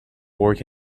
work